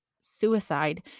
suicide